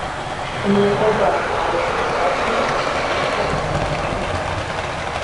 niekada tarė sau edna atsiduso ir ėmė dengti stalą